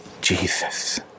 Jesus